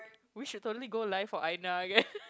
we should totally go live for Aina okay